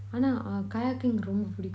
ஆனா:aana kayaking ரொம்ப பிடிக்கும்:romba pidikum